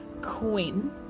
queen